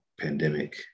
pandemic